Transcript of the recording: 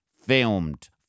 filmed